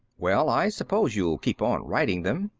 well, i suppose you'll keep on writing them,